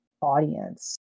audience